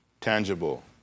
tangible